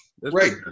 right